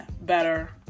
better